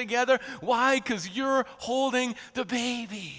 together why because you're holding the baby